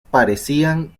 parecían